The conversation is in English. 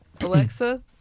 Alexa